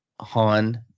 Han